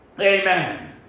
Amen